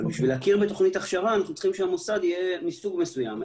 אבל בשביל להכיר בתוכנית הכשרה אנחנו צריכים שהמוסד יהיה מסוג מסוים.